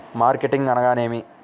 Marketing అనగానేమి?